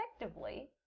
effectively